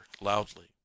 loudly